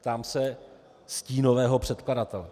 ptám se stínového předkladatele.